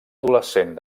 adolescent